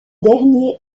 dernier